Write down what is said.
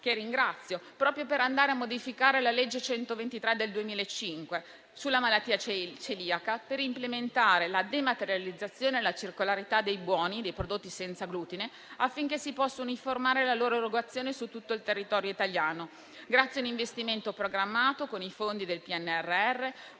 che ringrazio, per andare a modificare la legge n. 123 del 2005 sulla celiachia, per implementare la dematerializzazione e la circolarità dei buoni per i prodotti senza glutine, affinché si possa uniformare la loro erogazione su tutto il territorio italiano, grazie a un investimento programmato con i fondi del PNRR